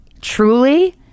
Truly